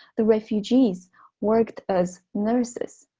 the refugees worked as nurses,